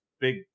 big